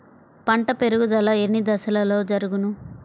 పంట పెరుగుదల ఎన్ని దశలలో జరుగును?